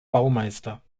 baumeister